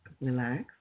relax